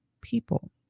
people